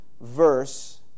verse